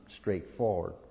straightforward